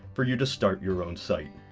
for you to start your own site.